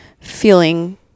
feeling